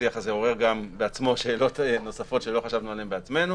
והשיח הזה בעצמו עורר שאלות נוספות שלא חשבנו עליהם בעצמנו.